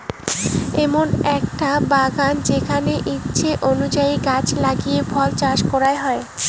এমন আকটা বাগান যেমন ইচ্ছে অনুযায়ী গছ লাগিয়ে ফল চাষ করাং হই